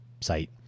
site